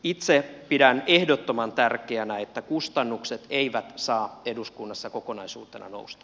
itse pidän ehdottoman tärkeänä että kustannukset eivät saa eduskunnassa kokonaisuutena nousta